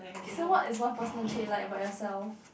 so what is one personal trait you like about yourself